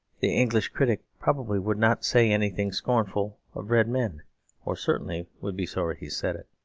the english critic probably would not say anything scornful of red men or certainly would be sorry he said it.